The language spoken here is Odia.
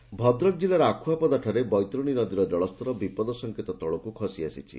ବନ୍ୟା ଭଦ୍ରକ ଜିଲ୍ଲା ଆଖୁଆପଦାଠାରେ ବୈତରଶୀ ନଦୀର ଜଳସ୍ତର ବିପଦସଙ୍କେତ ତଳକୁ ଖସିଆସିଛି